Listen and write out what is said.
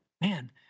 man